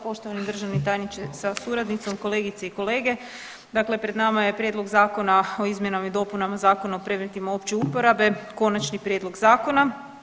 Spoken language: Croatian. Poštovani državni tajniče sa suradnicom, kolegice i kolege, dakle pred nama je prijedlog Zakona o izmjenama i dopunama Zakona o predmetima opće uporabe, konačni prijedlog zakona.